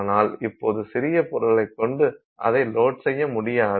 ஆனால் இப்போது சிறிய பொருளைக் கொண்டு அதை லோட் செய்ய முடியாது